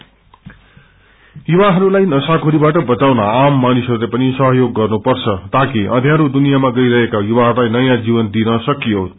drug addiction युवाहरूलाई नशाखेरीबाट बचाउन आम मानिसहरूले पनि सहयोग गर्नुपर्छ ताकि अध्यारो दुनियाँमा गइरहेका युवाहरूलाई नयाँ जीवन दिन सकियोस